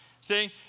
see